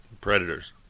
predators